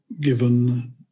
given